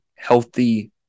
healthy